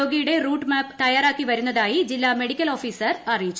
രോഗിയുടെ route map തയ്യാറാക്കി വരുന്നതായി ജില്ലാ മെഡിക്കൽ ഓഫീസർ അറിയിച്ചു